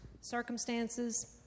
circumstances